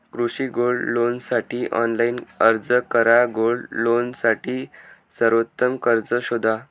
कृषी गोल्ड लोनसाठी ऑनलाइन अर्ज करा गोल्ड लोनसाठी सर्वोत्तम कर्ज शोधा